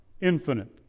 Infinite